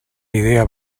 idea